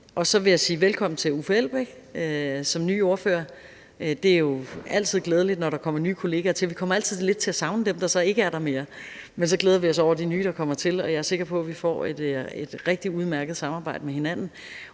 Og så vil jeg sige velkommen til hr. Uffe Elbæk som ny ordfører. Det er jo altid glædeligt, når der kommer nye kolleger til. Vi kommer altid lidt til at savne dem, der så ikke er der mere. Men så glæder vi os over de nye, der kommer til. Og jeg er sikker på, vi får et rigtig udmærket samarbejde med hinanden.